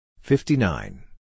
Fifty-nine